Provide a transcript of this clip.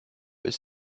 ist